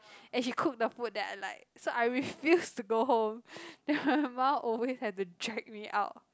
and she cook the food that I like so I refuse to go home then my mum always have to drag me out